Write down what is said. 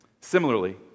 Similarly